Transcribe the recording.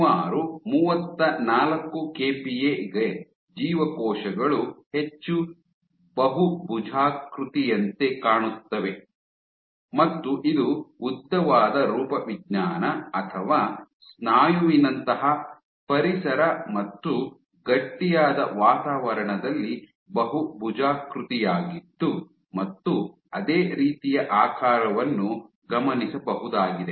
ಸುಮಾರು ಮೂವತ್ತನಾಲ್ಕು ಕೆಪಿಎ ಗೆ ಜೀವಕೋಶಗಳು ಹೆಚ್ಚು ಬಹುಭುಜಾಕೃತಿಯಂತೆ ಕಾಣುತ್ತವೆ ಮತ್ತು ಇದು ಉದ್ದವಾದ ರೂಪವಿಜ್ಞಾನ ಅಥವಾ ಸ್ನಾಯುವಿನಂಥಹ ಪರಿಸರ ಮತ್ತು ಗಟ್ಟಿಯಾದ ವಾತಾವರಣದಲ್ಲಿ ಬಹುಭುಜಾಕೃತಿಯಾಗಿದ್ದು ಮತ್ತು ಅದೇ ರೀತಿಯ ಆಕಾರವನ್ನು ಗಮನಿಸಬಹುದಾಗಿದೆ